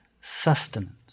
sustenance